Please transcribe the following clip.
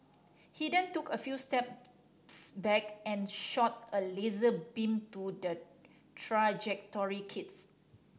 he then took a few steps back and shot a laser beam to the trajectory kit